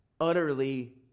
utterly